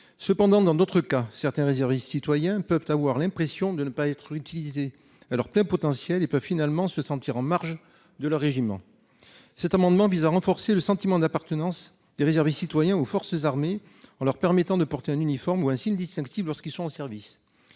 cependant dans d'autres cas certains réserves citoyens peuvent avoir l'impression de ne pas être utilisées à leur plein potentiel et peut finalement se sentir en marge de leur régiment. Cet amendement vise à renforcer le sentiment d'appartenance des réserves et citoyens aux forces armées, en leur permettant de porter un uniforme ou un signe distinctif, lorsqu'ils sont en service.